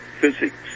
physics